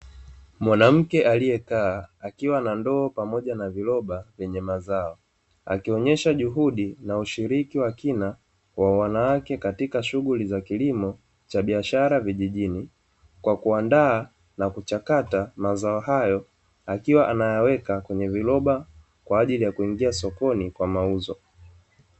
Mwanamke aliyekaa akiwa na ndoo pamoja na viroba vyenye mazao, akionyesha juhudi na ushiriki wa kina wa wanawake katika shughuli za kilimo cha biashara vijijini, kwa kuandaa na kuchakata mazao hayo akiwa anayaweka kwenye viroba kwa ajili ya kuingia sokoni kwa mauzo.